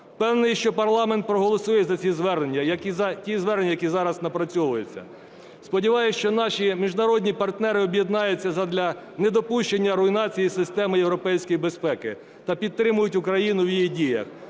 Впевнений, що парламент проголосує за ці звернення, як і за ті звернення, які зараз напрацьовуються. Сподіваюсь, що наші міжнародні партнери об'єднаються задля недопущення руйнації системи європейської безпеки та підтримають Україну в її діях,